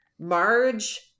marge